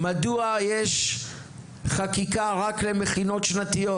מדוע יש חקיקה רק למכינות שנתיות?